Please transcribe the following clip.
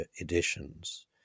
editions